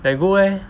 very good leh